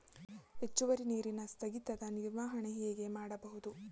ಹೆಚ್ಚುವರಿ ನೀರಿನ ಸ್ಥಗಿತದ ನಿರ್ವಹಣೆ ಹೇಗೆ ಮಾಡಬಹುದು?